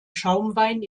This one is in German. schaumwein